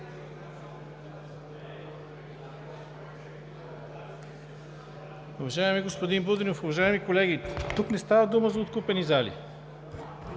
Уважаеми господин Будинов, уважаеми колеги! Тук не става дума за откупени зали.